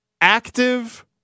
active